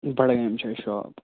بڈٕگامہِ چھُ اسہِ شوٛاپ